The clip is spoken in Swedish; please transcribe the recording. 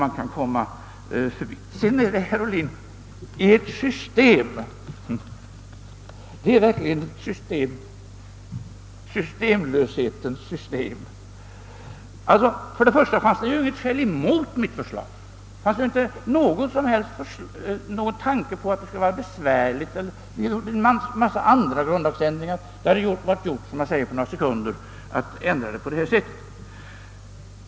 Ert system, herr Ohlin, är verkligen systemlöshetens system. Det fanns inte några skäl mot mitt förslag. Det framfördes ingen tveksamhet mot förslaget därför att det skulle vara besvärligt att genomföra. Det har gjorts en massa andra grundlagsändringar, och att ändra grundlagen på denna punkt hade varit gjort, som man säger, på några sekunder.